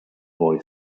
boy